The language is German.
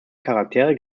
charaktere